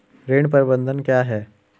ऋण प्रबंधन क्या है?